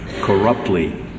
Corruptly